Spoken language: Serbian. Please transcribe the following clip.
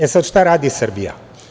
E, sad, šta radi Srbija?